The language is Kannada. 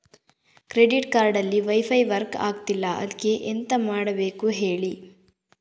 ಕ್ರೆಡಿಟ್ ಕಾರ್ಡ್ ಅಲ್ಲಿ ವೈಫೈ ವರ್ಕ್ ಆಗ್ತಿಲ್ಲ ಅದ್ಕೆ ಎಂತ ಮಾಡಬೇಕು ಹೇಳಿ